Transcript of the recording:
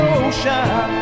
ocean